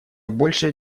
большее